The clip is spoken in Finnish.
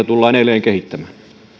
tullaan edelleen kehittämään